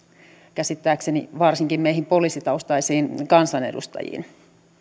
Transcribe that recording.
käsittääkseni varsinkin meihin poliisitaustaisiin kansanedustajiin